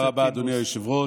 תודה רבה, אדוני היושב-ראש.